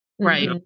right